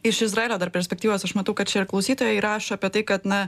iš izraelio dar perspektyvos aš matau kad čia ir klausytojai rašo apie tai kad na